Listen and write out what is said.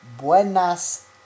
Buenas